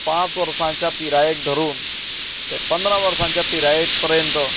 पांच वर्सांच्या पिरायेक धरून ते पंदरा वर्सांच्या पिरायेक पर्यंत